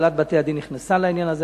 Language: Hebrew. הנהלת בתי-הדין נכנסה לעניין הזה,